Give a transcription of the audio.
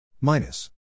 minus